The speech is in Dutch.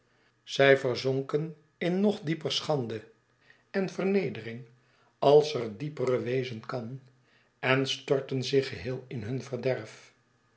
zij verzonken in nog diepere schande en vernedering als er diepere wezen kan en stortten zich geheel in hun verderf